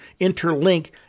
interlink